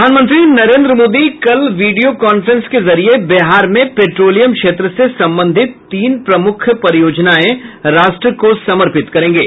प्रधानमंत्री नरेन्द्र मोदी कल video conference के जरिए बिहार में पेट्रोलियम क्षेत्र से संबंधित तीन प्रमुख परियोजनाएं राष्ट्र को समर्पित करेंगे